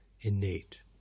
innate